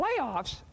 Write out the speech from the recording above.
Playoffs